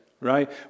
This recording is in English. Right